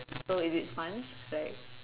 so is it fun like